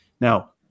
Now